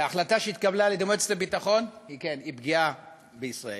וההחלטה שהתקבלה על-ידי מועצת הביטחון היא פגיעה בישראל,